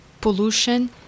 Pollution